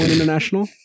International